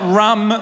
rum